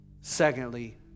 Secondly